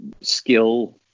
skill